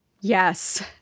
Yes